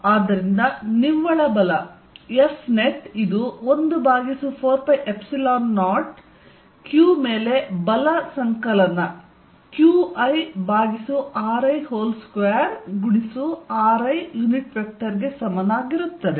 ಆದ್ದರಿಂದ ನಿವ್ವಳ ಬಲ Fnet ಇದು 14π0 q ಮೇಲೆ ಬಲ ಸಂಕಲನ Qiri2ri ಗೆ ಸಮನಾಗಿರುತ್ತದೆ